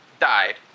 died